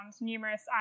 numerous